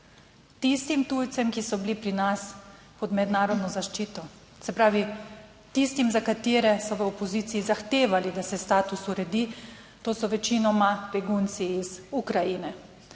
tistim tujcem, ki so bili pri nas pod mednarodno zaščito, se pravi tistim, za katere so v opoziciji zahtevali, da se status uredim, to so večinoma begunci iz Ukrajine,